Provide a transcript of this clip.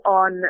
on